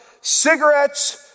cigarettes